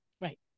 Right